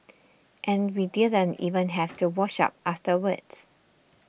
and we didn't even have to wash up afterwards